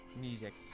music